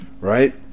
Right